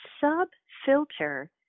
sub-filter